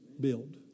Build